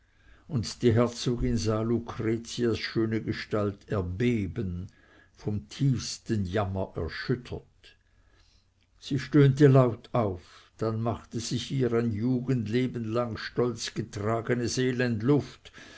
und die herzogin sah lucretias schöne gestalt erbeben vom tiefsten jammer erschüttert sie stöhnte laut auf dann machte sich ihr ein jugendleben lang stolz getragenes elend luft